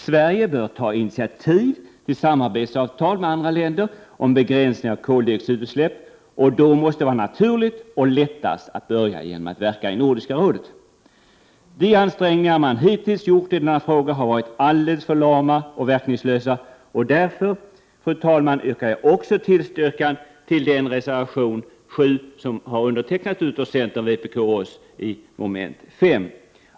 Sverige bör ta initiativ till samarbetsavtal med andra länder om begränsning av koldioxidutsläpp, och då måste det vara naturligt och lättast att börja genom att verka i Nordiska rådet. De ansträngningar man hittills gjort i denna fråga har varit alldeles för lama och verkningslösa. Därför, fru talman, yrkar jag bifall till reservation 7 i mom. 5, undertecknad av centern, vpk och miljöpartiet.